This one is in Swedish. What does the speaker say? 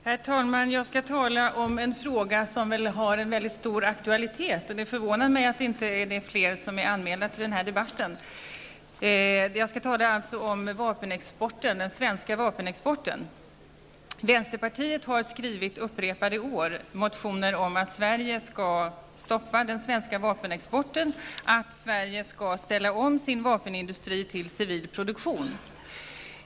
Herr talman! Jag skall ta upp en fråga som har stor aktualitet, och det förvånar mig att inte fler talare är anmälda till denna debatt. Jag skall alltså tala om den svenska vapenexporten. Vänsterpartiet har under upprepade år skrivit motioner om att Sverige skall upphöra med sin vapenexport och ställa om sin vapenindustri till civil produktion.